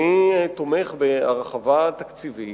אני תומך בהרחבה תקציבית,